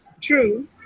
True